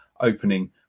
opening